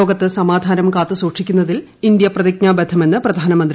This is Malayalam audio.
ലോകത്ത് സമാധാനം കാത്തു സൂക്ഷിക്കുന്നതിൽ ഇന്ത്യ പ്രതിജ്ഞാബദ്ധമെന്ന് പ്രധാനമന്ത്രി നരേന്ദ്രമോദി